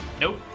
Nope